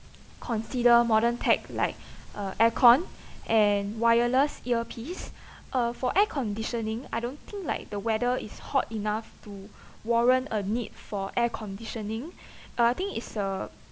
consider modern tech like uh air con and wireless earpiece uh for air conditioning I don't think like the weather is hot enough to warrant a need for air conditioning uh I think it's a